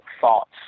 thoughts